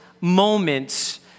moments